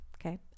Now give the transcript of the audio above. okay